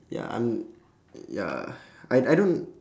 ya I'm ya I I don't